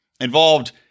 Involved